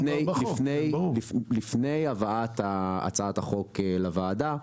לפני הבאת הצעת החוק לוועדה.